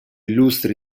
illustri